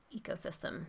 ecosystem